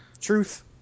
Truth